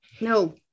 No